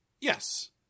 Yes